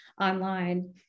online